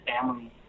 family